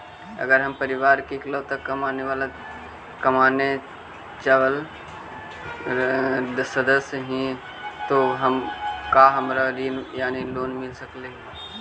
अगर हम परिवार के इकलौता कमाने चावल सदस्य ही तो का हमरा ऋण यानी लोन मिल सक हई?